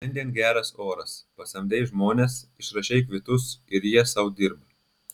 šiandien geras oras pasamdei žmones išrašei kvitus ir jie sau dirba